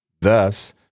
Thus